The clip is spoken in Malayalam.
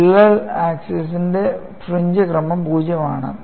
വിള്ളൽ ആക്സിസ് ഇൻറെ ഫ്രീഞ്ച് ക്രമം 0 ആണ്